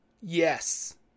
Yes